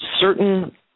Certain